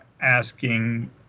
asking